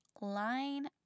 line